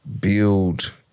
build